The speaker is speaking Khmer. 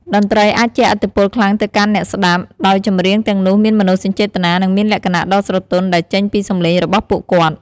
តន្រ្តីអាចជះឥទ្ធិពលខ្លាំងទៅកាន់អ្នកស្តាប់ ដោយចម្រៀងទាំងនោះមានមនោសញ្ចេតនានិងមានលក្ខណៈដ៏ស្រទន់ដែលចេញពីសម្លេងរបស់ពួកគាត់។